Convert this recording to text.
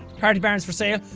party barn's for sale.